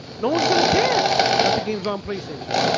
no one's gonna care that the games on playstation